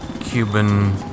Cuban